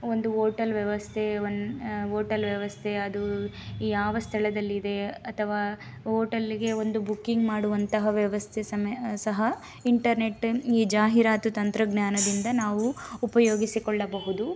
ಒಂದು ಹೋಟಲ್ ವ್ಯವಸ್ಥೆಯ one hotel ವ್ಯವಸ್ಥೆಯ ಅದು ಯಾವ ಸ್ಥಳದಲ್ಲಿದೆ ಅಥವಾ ಹೋಟಲ್ಲಿಗೆ ಒಂದು ಬುಕಿಂಗ್ ಮಾಡುವಂತಹ ವ್ಯವಸ್ಥೆ ಸಮ್ ಸಹ ಇಂಟರ್ನೆಟ್ನ ಈ ಜಾಹೀರಾತು ತಂತ್ರಜ್ಞಾನದಿಂದ ನಾವು ಉಪಯೋಗಿಸಿಕೊಳ್ಳಬಹುದು